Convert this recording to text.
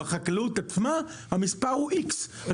בחקלאות עצמה המספר הוא איקס.